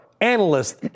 analysts